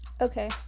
Okay